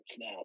now